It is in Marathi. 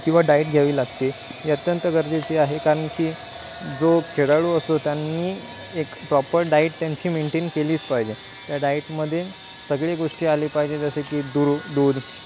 किंवा डाईट घ्यावी लागते ही अत्यंत गरजेची आहे कारण की जो खेळाडू असो त्यांनी एक प्रॉपर डाईट त्यांची मेंटेन केलीच पाहिजे त्या डाईटमध्ये सगळी गोष्टी आली पाहिजे जसे की दूर दूध